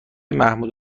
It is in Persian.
محمود